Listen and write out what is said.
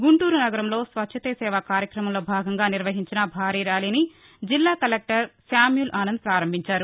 గుంటూరు నగరంలో స్వచ్చతే సేవ కార్యక్రమంలో భాగంగా నిర్వహించిన భారీ ర్యాలీని జిల్లా కలెక్టర్ శామ్యూల్ ఆనంద్ ప్రారంభించారు